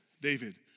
David